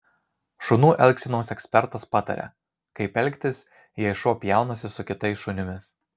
šunų elgsenos ekspertas pataria kaip elgtis jei šuo pjaunasi su kitais šunimis